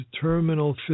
terminal